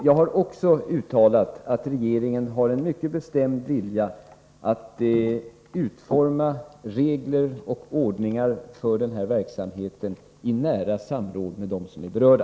Jag har också uttalat att regeringen har en mycket bestämd vilja att utforma regler för denna verksamhet i nära samråd med dem som är berörda.